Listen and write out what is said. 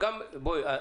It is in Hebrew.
בואי,